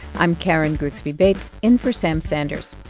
i'm karen grigsby bates in for sam sanders.